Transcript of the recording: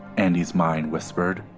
andi's mind whispered.